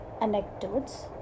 anecdotes